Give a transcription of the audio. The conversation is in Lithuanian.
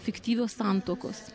fiktyvios santuokos